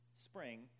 Spring